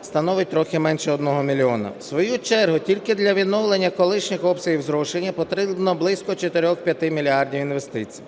У свою чергу тільки для відновлення колишніх обсягів зрошення потрібно близько 4-5 мільярдів інвестицій.